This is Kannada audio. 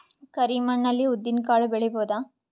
ಕರಿ ಮಣ್ಣ ಅಲ್ಲಿ ಉದ್ದಿನ್ ಕಾಳು ಬೆಳಿಬೋದ?